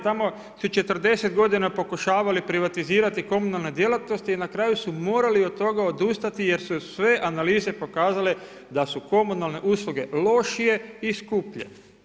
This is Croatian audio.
Tamo su 40 godina pokušavali privatizirati komunalne djelatnosti i na kraju su morali od toga odustati jer su sve analize pokazale da su komunalne usluge lošije i skuplje.